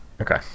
Okay